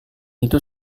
itu